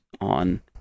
on